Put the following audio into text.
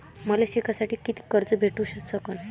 मले शिकासाठी कितीक कर्ज भेटू सकन?